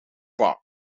bark